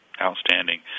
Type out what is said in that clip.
Outstanding